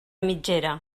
mitgera